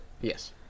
Yes